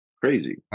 crazy